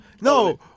No